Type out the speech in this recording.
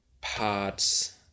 parts